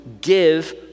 give